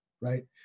Right